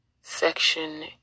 Section